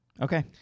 Okay